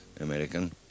American